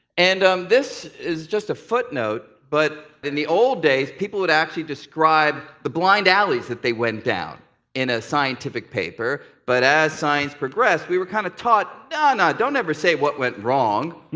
and this is just a footnote. but, in the old days, people would actually describe the blind alleys that they went down in a scientific paper. but as science progressed, we were kind of taught, ah no no don't ever say what went wrong.